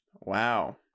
wow